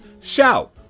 Shout